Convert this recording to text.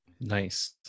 Nice